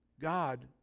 God